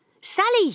Sally